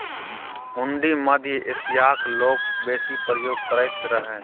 हुंडी मध्य एशियाक लोक बेसी प्रयोग करैत रहय